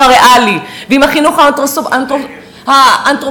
"הריאלי" ועם החינוך האנתרופוסופי.